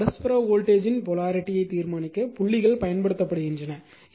எனவே பரஸ்பர வோல்டேஜ் ன் போலாரிட்டியை தீர்மானிக்க புள்ளிகள் பயன்படுத்தப்படுகின்றன